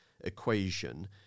equation